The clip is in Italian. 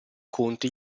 conti